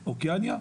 באוקיאניה?